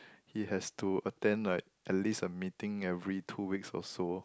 he has to attend like at least a meeting every two weeks or so